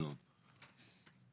נוסף גל הקורונה.